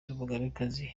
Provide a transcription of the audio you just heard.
n’umugabekazi